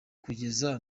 kugeza